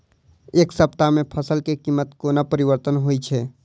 एक सप्ताह मे फसल केँ कीमत कोना परिवर्तन होइ छै?